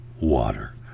water